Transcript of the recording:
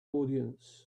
audience